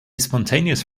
spontaneous